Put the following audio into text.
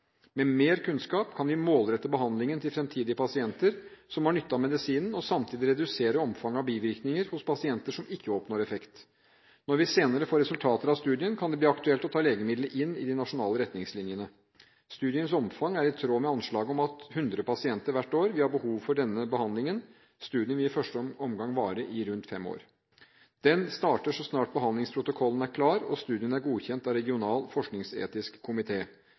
Med mer kunnskap kan vi målrette behandlingen til fremtidige pasienter som har nytte av medisinen, og samtidig redusere omfanget av bivirkninger hos pasienter som ikke oppnår effekt. Når vi senere får resultater av studien, kan det bli aktuelt å ta legemidlet inn i de nasjonale retningslinjene. Studiens omfang er i tråd med anslaget om at 100 pasienter hvert år vil ha behov for denne behandlingen. Studien vil i første omgang vare i rundt fem år. Studien starter så snart behandlingsprotokollen er klar, og den er godkjent av regional forskningsetisk